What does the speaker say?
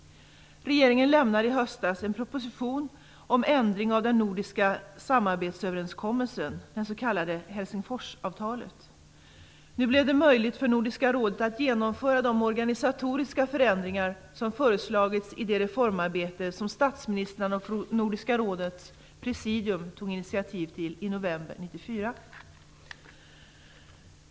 Regeringen lämnade i höstas en proposition om ändring av den nordiska samarbetsöverenskommelsen, det s.k. Helsingforsavtalet. Nu blev det möjligt för Nordiska rådet att genomföra de organisatoriska förändringar som föreslagits i det reformarbete som statsministrarna och Nordiska rådets presidium tog initiativ till i november 1994.